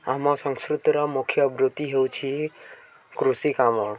ଆମ ସଂସ୍କୃତିର ମୁଖ୍ୟ ବୃତ୍ତି ହେଉଛି କୃଷି କାମ